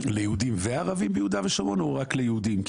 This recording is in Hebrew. ליהודים וערבים ביהודה ושומרון או רק ליהודים?